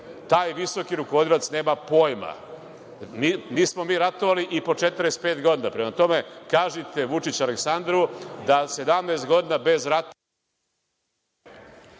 Taj visoki rukovodilac nema pojma. Nismo mi ratovali i po 45 godina. Prema tome, kažite Vučić Aleksandru da 17 godina bez ratova